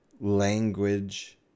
language